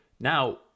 Now